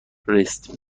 رست